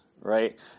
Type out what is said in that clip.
right